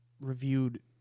reviewed